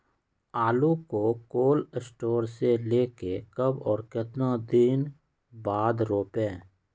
आलु को cold store से ले के कब और कितना दिन बाद रोपे?